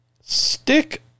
stick